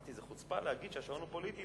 אלא אמרתי שזה חוצפה להגיד שהשעון הוא פוליטי,